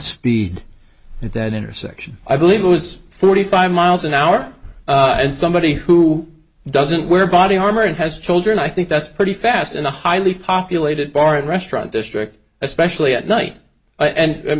speed at that intersection i believe it was forty five miles an hour and somebody who doesn't wear body armor and has children i think that's pretty fast in a highly populated bar and restaurant district especially at night and